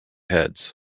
heads